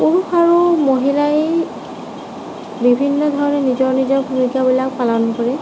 পুৰুষ আৰু মহিলাই বিভিন্ন ধৰণে নিজৰ নিজৰ ভূমিকাবিলাক পালন কৰে